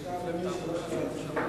דקות.